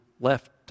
left